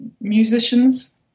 musicians